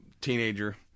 teenager